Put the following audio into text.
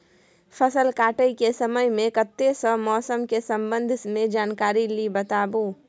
फसल काटय के समय मे कत्ते सॅ मौसम के संबंध मे जानकारी ली बताबू?